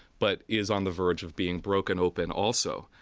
but is on the verge of being broken open also.